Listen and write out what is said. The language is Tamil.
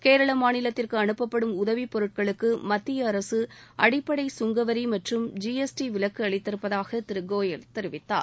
கேரள மாநிலத்திற்கு அனுப்பப்படும் உதவிப் பொருட்களுக்கு மத்திய அரசு அடிப்படை கங்கவரி மற்றும் ஜிஎஸ்டி விலக்கு அளித்திருப்பதாக திரு கோயல் தெரிவித்தார்